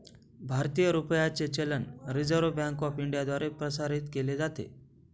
भारतीय रुपयाचे चलन रिझर्व्ह बँक ऑफ इंडियाद्वारे प्रसारित केले जाते